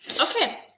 Okay